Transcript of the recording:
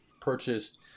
Purchased